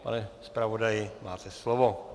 Pane zpravodaji, máte slovo.